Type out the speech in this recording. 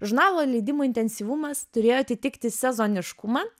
žurnalo leidimo intensyvumas turėjo atitikti sezoniškumą